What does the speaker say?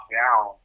down